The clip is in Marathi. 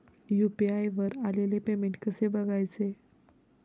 यु.पी.आय वर आलेले पेमेंट कसे बघायचे?